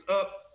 up